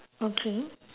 okay